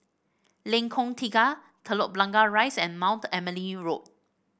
Lengkong Tiga Telok Blangah Rise and Mount Emily Road